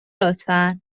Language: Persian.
لطفا